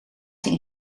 zijn